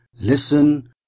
listen